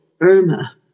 Irma